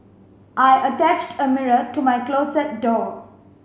I attached a mirror to my closet door